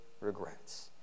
regrets